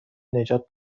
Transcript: نجات